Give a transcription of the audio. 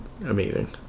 amazing